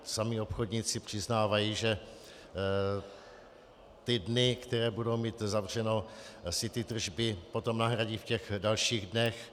Sami obchodníci přiznávají, že ty dny, které budou mít zavřeno, si ty tržby potom nahradí v dalších dnech.